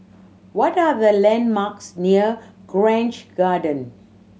what are the landmarks near Grange Garden